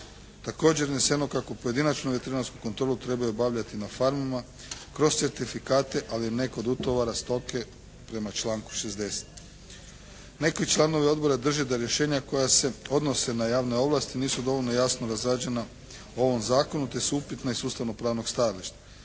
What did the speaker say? Također je izneseno kako pojedinačnu veterinarsku kontrolu trebaju obavljati na farmama kroz certifikate, ali ne kod utovara stoke prema članku 60. Neki članovi odbora drže da rješenja koja se odnose na javne ovlasti nisu dovoljno jasno razrađena u ovom zakonu, te su upitna i s ustavno-pravnog stajališta.